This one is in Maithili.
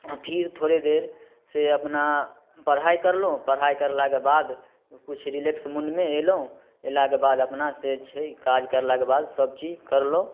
आ फिर थोड़े देर से अपना पढ़ाइ कयलहुॅं पढ़ाइ कयलाकऽ बाद किछु रिलैक्स मोनमे अयलौ अयलाके बाद अपना से छै काज कयलाक बाद सभचीज कयलहुॅं